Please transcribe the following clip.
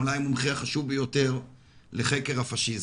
אולי המומחה החשוב ביותר לחקר הפאשיזם,